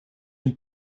een